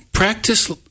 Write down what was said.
Practice